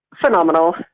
phenomenal